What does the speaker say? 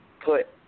put